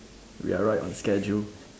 we are right on schedule